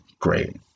great